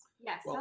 Yes